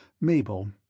Mabel